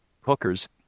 Hookers